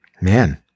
Man